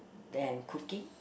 than cooking